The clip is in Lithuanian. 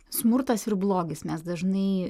smurtas ir blogis mes dažnai